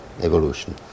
evolution